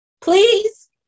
Please